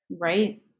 Right